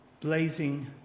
blazing